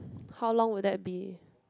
how long will that be